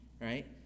right